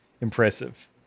impressive